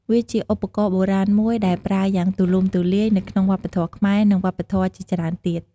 វាជាឧបករណ៍បុរាណមួយដែលប្រើយ៉ាងទូលំទូលាយនៅក្នុងវប្បធម៌ខ្មែរ និងវប្បធម៌ជាច្រើនទៀត។